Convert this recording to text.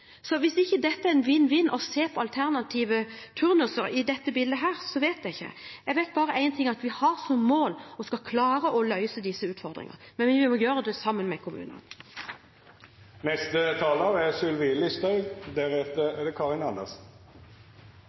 Hvis ikke det å se på alternative turnuser i dette bildet er en vinn-vinn-situasjon, vet jeg ikke hva som er det. Jeg vet bare én ting, og det er at vi har som mål å klare å løse disse utfordringene, men vi må gjøre det sammen med kommunene. Feil legemiddelbruk er